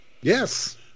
yes